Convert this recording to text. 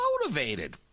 motivated